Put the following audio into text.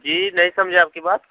جی نہیں سمجھا آپ کی بات